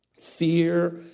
fear